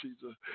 Jesus